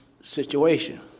situation